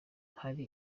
hari